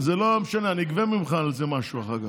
אני אגבה ממך על זה משהו אחר כך.